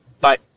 Bye